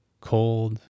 cold